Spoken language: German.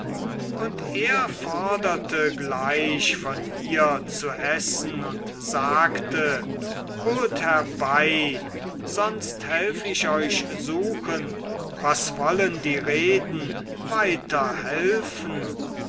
und er forderte gleich von ihr zu essen und sagte holt herbei sonst helf ich euch suchen was wollen die reden